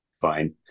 Fine